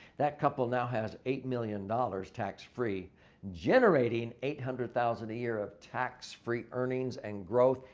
that couple now has eight million dollars tax free generating eight hundred thousand a year of tax free earnings and growth.